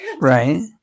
right